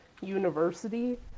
university